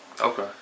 Okay